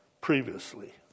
previously